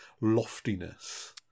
loftiness